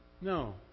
No